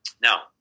Now